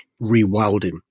rewilding